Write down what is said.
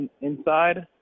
inside